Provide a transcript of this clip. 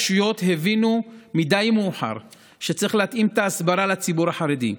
הרשויות הבינו מאוחר מדיי שצריך להתאים את ההסברה לציבור החרדי,